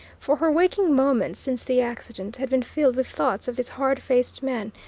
for her waking moments, since the accident, had been filled with thoughts of this hard-faced man,